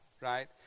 right